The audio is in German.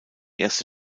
erste